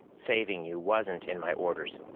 saving you wasn't in my orders.